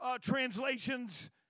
translations